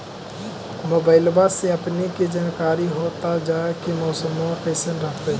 मोबाईलबा से अपने के जानकारी हो जा है की मौसमा कैसन रहतय?